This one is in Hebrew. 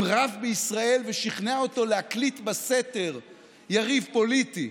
רב בישראל ושכנע אותו להקליט בסתר יריב פוליטי,